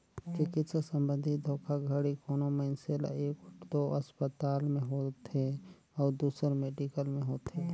चिकित्सा संबंधी धोखाघड़ी कोनो मइनसे ल एगोट दो असपताल में होथे अउ दूसर मेडिकल में होथे